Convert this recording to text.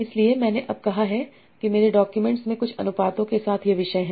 इसलिए मैंने अब कहा है कि मेरे डॉक्यूमेंट्स में कुछ अनुपातों के साथ ये विषय हैं